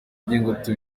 by’ingutu